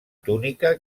túnica